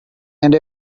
and